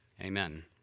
Amen